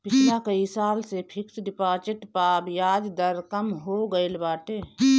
पिछला कई साल से फिक्स डिपाजिट पअ बियाज दर कम हो गईल बाटे